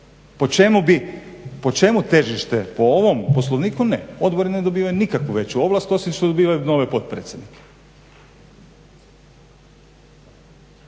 Po čemu težište? Po ovom Poslovniku ne. Odbori ne dobivaju nikakvu veću ovlast osim što dobivaju nove potpredsjednike.